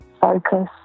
focus